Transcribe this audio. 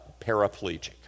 paraplegic